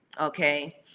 okay